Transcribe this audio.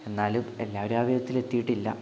എന്നാലും എല്ലാവരും ആ വിധത്തിൽ എത്തിയിട്ടില്ല